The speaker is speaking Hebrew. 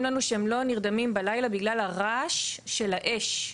לנו שהם לא נרדמים בלילה בגלל הרעש של האש.